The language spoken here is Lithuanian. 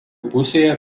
pusėje